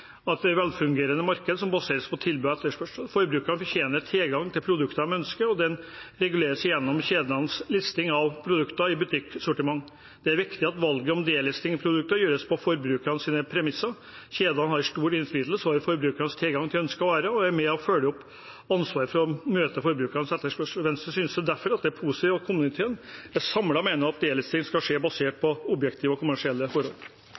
velfungerende marked basert på tilbud og etterspørsel. Forbrukerne fortjener tilgang til produktene de ønsker, og at det reguleres gjennom kjedenes listing av produkter i butikksortiment. Det er viktig at valget om «delisting» av produkter gjøres på forbrukernes premisser. Kjedene har stor innflytelse over forbrukernes tilgang til ønskede varer og ansvar for å følge opp og møte forbrukernes etterspørsel. Venstre synes derfor det er positivt at komiteen samlet mener at «delisting» skal skje basert på objektive og kommersielle forhold.